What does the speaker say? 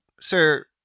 sir